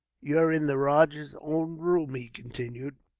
you're in the rajah's own room, he continued,